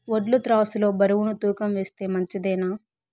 వడ్లు త్రాసు లో బరువును తూకం వేస్తే మంచిదేనా?